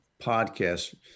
podcast